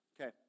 Okay